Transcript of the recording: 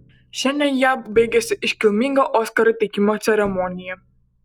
šiandien jav baigėsi iškilminga oskarų teikimo ceremonija